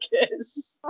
kiss